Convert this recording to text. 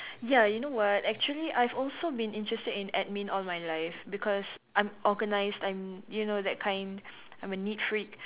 ya you know what actually I've also been interested in admin all my life because I'm organised I'm you know that kind I'm a neat freak